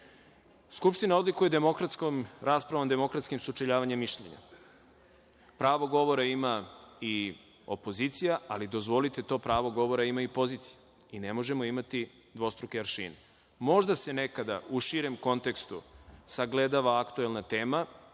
demokratskom raspravom, demokratskim sučeljavanjem mišljenja. Pravo govora ima opozicija, ali dozvolite, to pravo govora ima i pozicija. Ne možemo imati dvostruke aršine. Možda se nekada u širem kontekstu sagledava aktuelna tema.